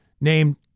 named